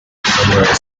commemorate